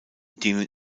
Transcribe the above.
denen